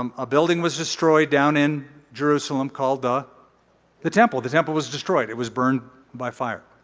um a building was destroyed down in jerusalem called the the temple. the temple was destroyed. it was burned by fire.